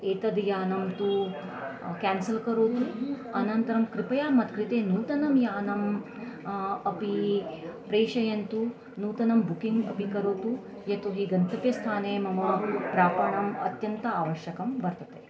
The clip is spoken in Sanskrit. एतद् यानं तु केन्सल् करोतु अनन्तरं कृपया मत्कृते नूतनं यानम् अपि प्रेषयन्तु नूतनं बुकिङ्ग् अपि करोतु यतो हि गन्तव्यस्थाने मम प्रापणम् अत्यन्तम् आवश्यकं वर्तते